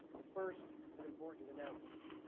but first, an important announcement.